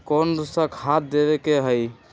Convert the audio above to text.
कोन सा खाद देवे के हई?